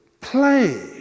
play